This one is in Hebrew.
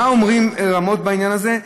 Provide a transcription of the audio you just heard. מה אומרים רמו"ט בעניין הזה?